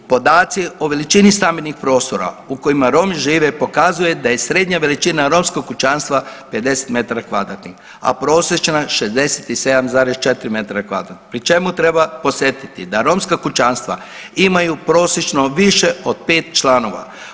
Podaci o veličini stambenih prostora u kojima Romi žive pokazuje da je srednja veličina romskog kućanstva 50m2, a prosječna 67,4m2, pri čemu treba podsjetiti da romska kućanstva imaju prosječno više od pet članova.